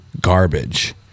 garbage